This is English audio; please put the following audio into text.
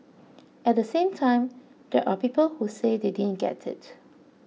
at the same time there are people who say they didn't get it